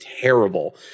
terrible